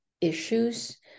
issues